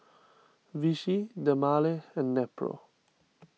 Vichy Dermale and Nepro